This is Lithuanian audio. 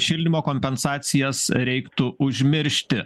šildymo kompensacijas reiktų užmiršti